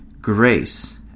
grace